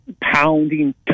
pounding